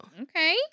Okay